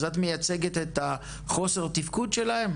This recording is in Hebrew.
אז את מייצגת את חוסר התפקוד שלהם?